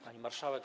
Pani Marszałek!